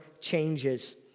changes